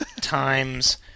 times